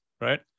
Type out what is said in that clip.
right